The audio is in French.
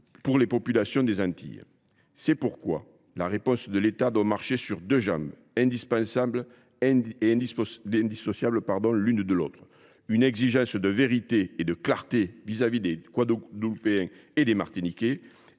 pour les populations des Antilles. C’est pourquoi la réponse de l’État doit marcher sur deux jambes, indissociables l’une de l’autre : une exigence de vérité et de clarté vis à vis des Guadeloupéens et des Martiniquais,